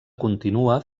continua